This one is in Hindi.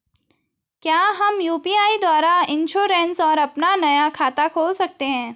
क्या हम यु.पी.आई द्वारा इन्श्योरेंस और अपना नया खाता खोल सकते हैं?